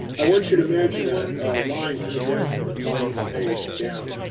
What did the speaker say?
i want you to imagine a line coming down from the top of the page, down,